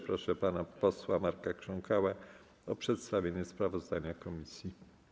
Proszę pana posła Marka Krząkałę o przedstawienie sprawozdania komisji.